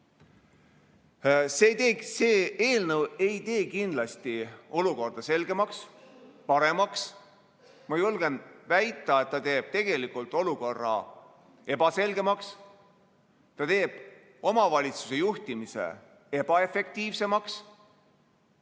See eelnõu ei tee kindlasti olukorda selgemaks ega paremaks. Ma julgen väita, et ta teeb tegelikult olukorra ebaselgemaks. Ta teeb omavalitsuse juhtimise ebaefektiivsemaks.